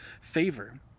favor